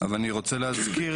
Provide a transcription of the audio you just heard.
אז אני רוצה להזכיר